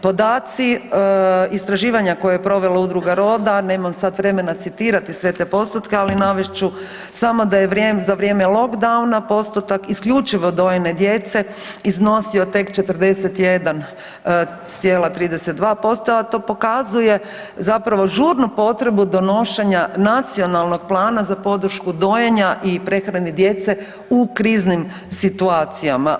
Podaci istraživanja koje je provelo Udruga Roda nemam sada vremena citirati sve te postotke, ali navest ću samo da je za vrijeme lockdowna postotak isključivo dojene djece iznosio tek 41,32%, a to pokazuje zapravo žurnu potrebu donošenja nacionalnog plana za podršku dojenja i prehrane djece u kriznim situacijama.